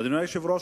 אדוני היושב-ראש,